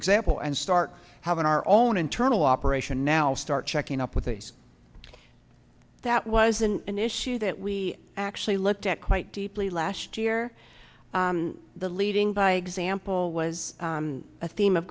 example and start having our own internal operation now start checking up with these that wasn't an issue that we actually looked at quite deeply last year the leading by example was a theme of